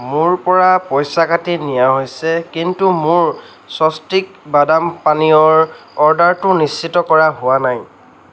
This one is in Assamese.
মোৰ পৰা পইচা কাটি নিয়া হৈছে কিন্তু মোৰ স্বস্তিক বাদাম পানীয়ৰ অৰ্ডাৰটো নিশ্চিত কৰা হোৱা নাই